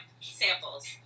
samples